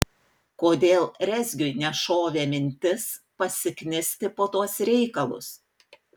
kodėl rezgiui nešovė mintis pasiknisti po tuos reikalus